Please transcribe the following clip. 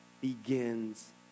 begins